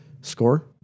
score